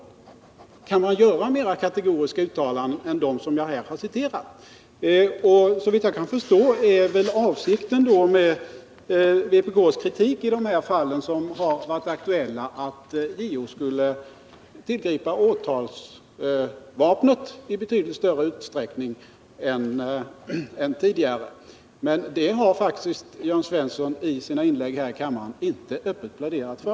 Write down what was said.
Kan man göra ett mera kategoriskt uttalande än det som här citerats? Såvitt jag kan förstå är väl avsikten med vpk:s kritik av de fall som varit aktuella att JO skulle tillgripa åtalsvapnet i betydligt större utsträckning än tidigare. Men det har faktiskt inte Jörn Svensson i sina inlägg här i kammaren öppet pläderat för.